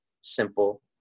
simple